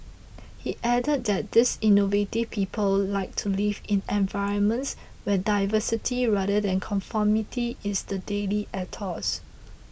he added that these innovative people like to live in environments where diversity rather than conformity is the daily ethos